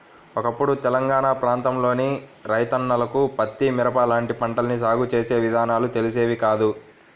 ఒకప్పుడు తెలంగాణా ప్రాంతంలోని రైతన్నలకు పత్తి, మిరప లాంటి పంటల్ని సాగు చేసే విధానాలు తెలిసేవి కాదు